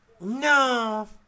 no